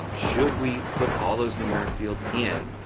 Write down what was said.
um should we put all those numeric fields in